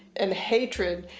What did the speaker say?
and hatred.